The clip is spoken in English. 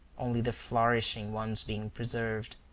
only the flourishing ones being preserved,